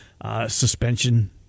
Suspension